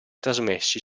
trasmessi